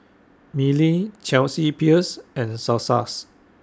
Mili Chelsea Peers and Sasa's